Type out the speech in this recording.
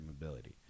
mobility